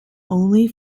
only